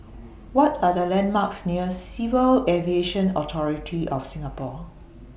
What Are The landmarks near Civil Aviation Authority of Singapore